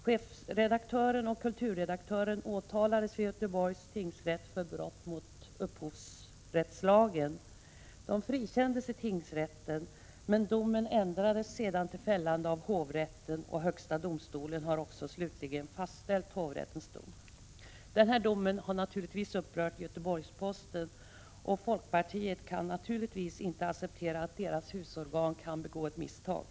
Chefredaktören och kulturredaktören åtalades vid Göteborgs tingsrätt för brott mot upphovsrättslagen. De frikändes i tingsrätten, men domen ändrades sedan av hovrätten till fällande. Högsta domstolen har också slutligen fastställt hovrättens dom. Domen har upprört Göteborgs-Posten, och folkpartiet kan naturligtvis inte acceptera att dess husorgan kan begå ett misstag.